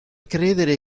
credere